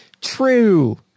True